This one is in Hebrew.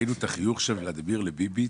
ראינו את החיוך של ולדימיר לביבי,